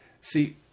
See